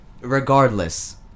regardless